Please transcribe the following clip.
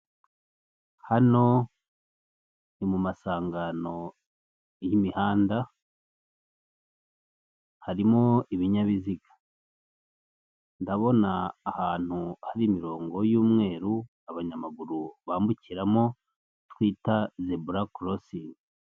Hano ni mu masangano y'imihanda harimo ibinyabiziga ndabona ahantu hari imirongo y'umweru abanyamaguru bambukiramo twita zebura korosingi.